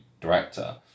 director